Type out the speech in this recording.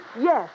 Yes